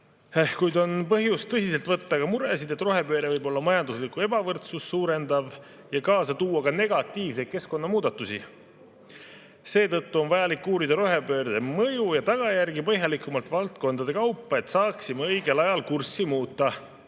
Kuid on põhjust tõsiselt võtta ka muresid, et rohepööre võib suurendada majanduslikku ebavõrdsust ja tuua kaasa negatiivseid keskkonnamuudatusi. Seetõttu on vajalik uurida rohepöörde mõju ja tagajärgi põhjalikumalt valdkondade kaupa, et saaksime õigel ajal kurssi